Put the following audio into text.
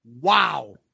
Wow